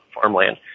farmland